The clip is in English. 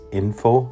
info